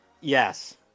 Yes